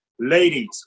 Ladies